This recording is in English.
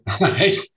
Right